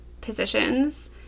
positions